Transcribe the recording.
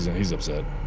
he's upset